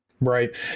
right